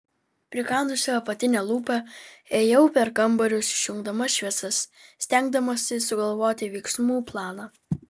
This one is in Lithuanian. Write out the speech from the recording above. prikandusi apatinę lūpą ėjau per kambarius išjungdama šviesas stengdamasi sugalvoti veiksmų planą